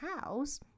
house